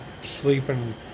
sleeping